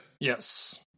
Yes